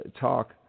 talk